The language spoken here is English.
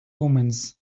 omens